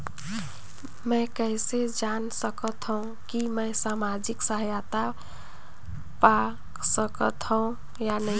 मै कइसे जान सकथव कि मैं समाजिक सहायता पा सकथव या नहीं?